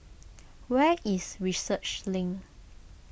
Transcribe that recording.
where is Research Link